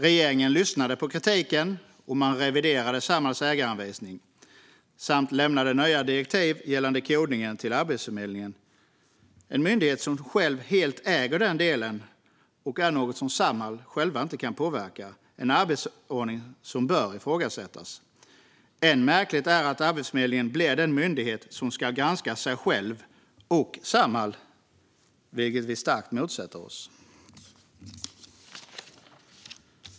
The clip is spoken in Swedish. Regeringen lyssnade på kritiken, och man reviderade Samhalls ägaranvisning samt lämnade nya direktiv gällande kodningen till Arbetsförmedlingen. Det är en myndighet som själv äger den delen, och det är något som Samhall inte kan påverka. Det är en arbetsordning som bör ifrågasättas. Än märkligare är det att Arbetsförmedlingen blir den myndighet som ska granska sig själv och Samhall, vilket vi starkt motsätter oss.